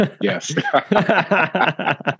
Yes